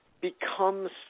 becomes